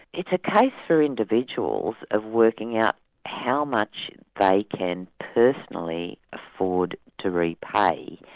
it's a case for individuals of working out how much they can personally afford to repay,